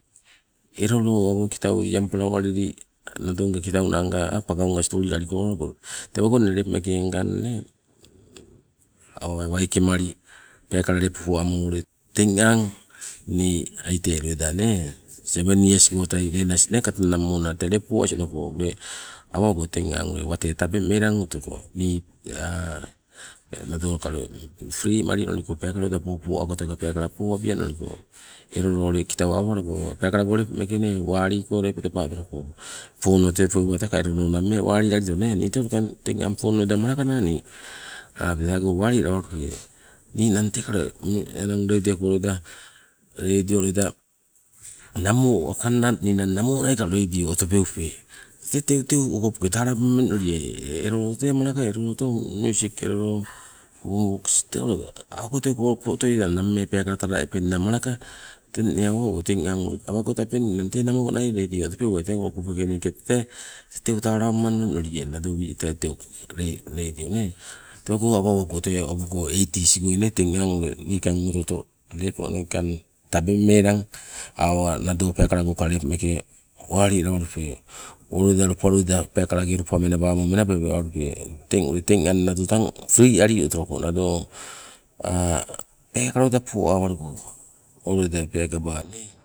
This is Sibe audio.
Elo loo awo kitau iampala walili nadonga kitaunanga pangaunga stoli alialuko tewago inne lepo meeke ngang nee awa waikemali peekala lepo poamo ule teng aang ni aite loida nee, seven years goitai lenas nee katananing mona tee lepo poas onoko ule awa owago teng aang ule watei tabeng melang otoko nii nadoka ule fri malili onoliko peekala ka popo auka teuka popo abia onoliko. Elo loo ule kitau awa owalago peekalago nee waliko phone otopeulia ka tee elo loo nammee wali alito. Teng aang phone loida malaka nii teego wali lalawalupe, ninang tee ka ule reidio ko loida, reidio loida namo wakanna ninang namo naika otopeupe, tete tee teu okopoke talawabima melinoliai, elo loo tee malaka, elo loo tee miusik, elo loo bumboks tee ule auka teuka otoie nammee peekala talala epenna malaka teng inne awa owago teng aang awago tabeng ninang tee namonai tee reidio otopeuwai teng okopoke niike tete teu talawamma onoli noliai tee teu reidio nee. Tewago awa owago tee awogo eighties goi nee teng aang ule niikang oto oto lepo niikang tabeng melang, awa nado peekala go ka lepo meeke walialawalupe, o loida lopa loida peekala lopa age menabamo menababialupe, teng ule teng aang ule nado tang fri alili otoloko nado peekala loida poawaluko, o loida peekaba nee.